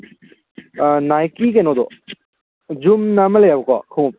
ꯅꯥꯏꯛꯀꯤ ꯀꯩꯅꯣꯗꯣ ꯖꯨꯝꯅ ꯑꯃ ꯂꯩꯌꯦꯕꯀꯣ ꯈꯨꯃꯨꯛ